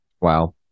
Wow